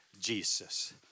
Jesus